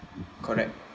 correct